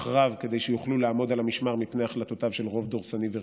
רב כדי שיוכלו לעמוד על המשמר מפני החלטותיו של רוב דורסני ורגעי,